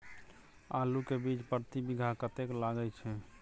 आलू के बीज प्रति बीघा कतेक लागय छै?